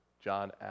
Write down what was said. John